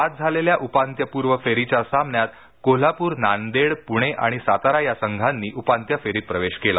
आज झालेल्या उपांत्यपुर्व फेरीच्या सामन्यात कोल्हापुर नांदेड पुणे आणि सातारा या संघानी उपांत्य फेरीत प्रवेश केला